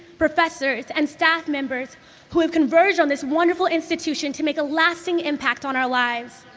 professors, and staff members who have converged on this wonderful institution to make a lasting impact on our lives.